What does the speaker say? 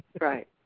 Right